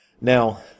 Now